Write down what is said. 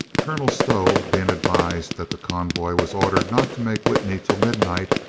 colonel stow, being advised that the convoy was ordered not to make witney till midnight,